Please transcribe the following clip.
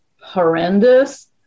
horrendous